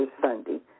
Sunday